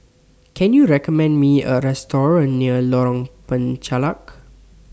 Can YOU recommend Me A Restaurant near Lorong Penchalak